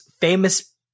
famous